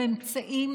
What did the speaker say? נעבור להצעה לסדר-היום